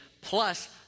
plus